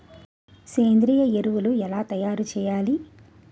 సేంద్రీయ ఎరువులు ఎలా తయారు చేయాలి?